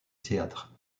théâtre